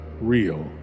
real